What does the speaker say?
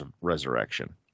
resurrection